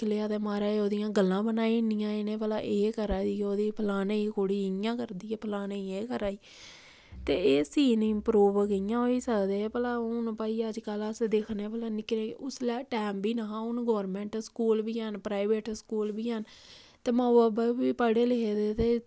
ते ओह्दियां म्हाराज गल्लां बनाई ओड़नियां इ'नें भला एह् कुड़ी इ'यां करा दी फलानै दी कुड़ी इ'यां करदी ते एह् सीन इंप्रूव कि'यांं होई सकदे हे अजकल्ल भला उसलै टैम बी निं हा हून गौरमेंट स्कूल ते हैन प्राईवेट स्कूल बी हैन ते माऊ बब्बै गी बी पढ़े लिखे दे ते